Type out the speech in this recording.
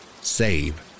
Save